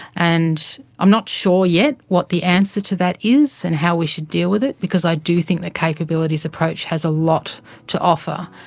and i'm not sure yet what the answer to that is and how we should deal with it, because i do think the capabilities approach has a lot to offer.